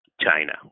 China